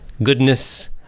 Goodness